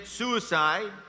suicide